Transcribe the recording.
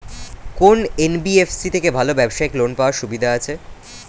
কোন এন.বি.এফ.সি থেকে ভালো ব্যবসায়িক লোন পাওয়ার সুবিধা আছে?